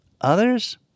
Others